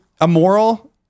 immoral